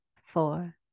Four